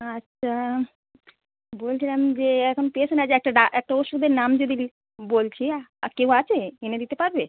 আচ্ছা বলছিলাম যে এখন পেশেন্ট আছে একটা ডা একটা ওষুধের নাম যদি দিই বলছি কেউ আছে এনে দিতে পারবে